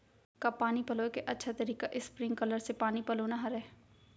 का पानी पलोय के अच्छा तरीका स्प्रिंगकलर से पानी पलोना हरय?